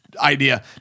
idea